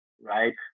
Right